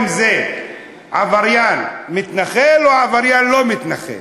אם זה עבריין מתנחל או עבריין לא מתנחל,